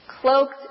cloaked